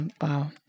Wow